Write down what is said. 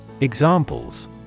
Examples